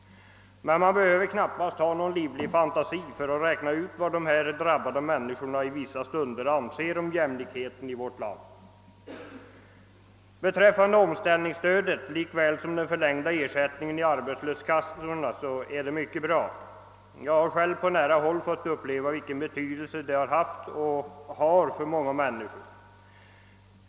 Men man behöver knappast ha någon livlig fantasi för att räkna ut, vad dessa människor i vissa stunder anser om jämlikheten i vårt land. Omställningsstödet är liksom den förlängda ersättningen i arbetslöshetskassorna mycket bra. Jag har själv på nära håll fått uppleva vilken betydelse det har haft och har för många människor.